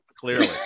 Clearly